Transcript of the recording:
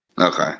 Okay